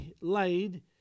laid